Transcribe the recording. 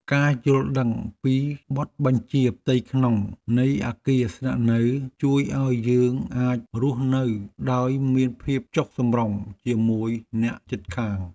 ការយល់ដឹងពីបទបញ្ជាផ្ទៃក្នុងនៃអគារស្នាក់នៅជួយឱ្យយើងអាចរស់នៅដោយមានភាពចុះសម្រុងជាមួយអ្នកជិតខាង។